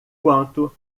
quanto